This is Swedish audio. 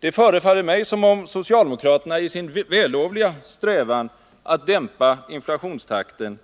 Det förefaller mig som om socialdemokraterna i sin vällovliga strävan att dämpa inflationstakten